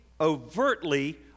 overtly